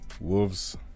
Wolves